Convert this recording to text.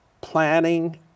planning